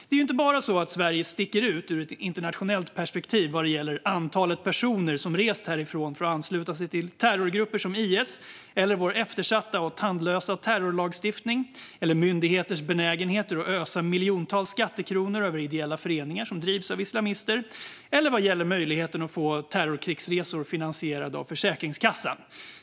Det är ju inte bara så att Sverige sticker ut i ett internationellt perspektiv vad gäller antalet personer som rest härifrån för att ansluta sig till terrorgrupper som IS, vår eftersatta och tandlösa terrorlagstiftning, myndigheters benägenhet att ösa miljontals skattekronor över ideella föreningar som drivs av islamister eller möjligheten att få terrorkrigsresor finansierade av Försäkringskassan.